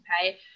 pay